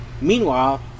Meanwhile